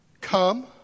Come